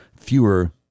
fewer